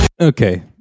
Okay